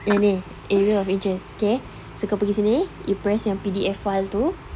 yang ni area of interest okay so kau pergi sini you press yang P_D_F file tu